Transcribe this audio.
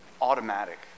automatic